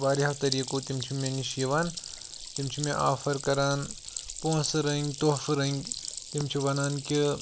واریاہو طٔریٖقو تِم چھِ مےٚ نِش یِوان تِم چھِ مےٚ آفر کَران پونٛسہٕ رٔنٛگۍ تحفہٕ رٔنٛگۍ تِم چھِ وَنان کہِ